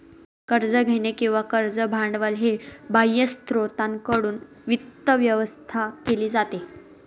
कर्ज घेणे किंवा कर्ज भांडवल हे बाह्य स्त्रोतांकडून वित्त व्यवस्था केली जाते